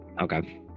Okay